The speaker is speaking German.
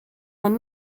man